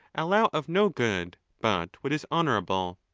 allow of no good but what is honourable.